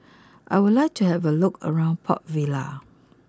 I would like to have a look around Port Vila